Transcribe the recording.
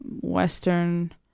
western